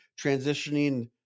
transitioning